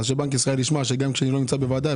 אז שבנק ישראל ישמע שגם כשאני לא נמצא בוועדה,